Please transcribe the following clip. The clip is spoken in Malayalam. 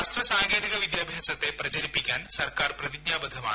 ശാസ്ത്ര സാങ്കേതിക വിദ്യാഭ്യാസത്തെ പ്രചരിപ്പിക്കാൻ സർക്കാർ പ്രതിജ്ഞാബദ്ധമാണ്